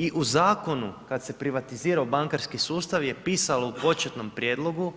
I u zakonu kada se privatizirao bankarski sustav je pitalo u početnom prijedlogu